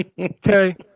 Okay